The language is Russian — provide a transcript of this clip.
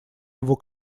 его